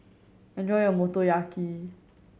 enjoy your Motoyaki